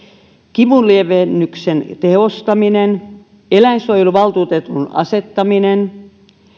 kivunlievennyksen tehostaminen eläinsuojeluvaltuutetun asettaminen